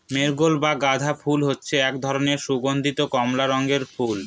marigold বা গাঁদা ফুল হচ্ছে এক ধরনের সুগন্ধীয় কমলা রঙের ফুল